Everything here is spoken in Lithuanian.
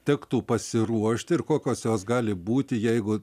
tektų pasiruošti ir kokios jos gali būti jeigu